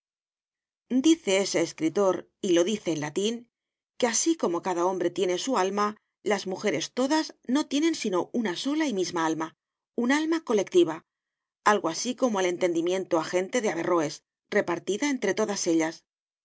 dice ese escritor y lo dice en latín que así como cada hombre tiene su alma las mujeres todas no tienen sino una sola y misma alma un alma colectiva algo así como el entendimiento agente de averroes repartida entre todas ellas